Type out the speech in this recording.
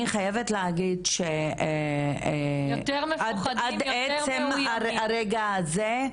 אני חייבת להגיד שעד עצם הרגע הזה,